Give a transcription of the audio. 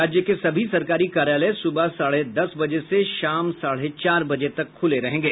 राज्य के सभी सरकारी कार्यालय सुबह साढ़े दस बजे से शाम साढ़े चार बजे तक खुले रहेंगे